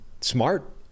smart